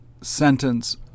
sentence